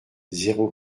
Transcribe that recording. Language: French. zéro